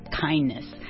kindness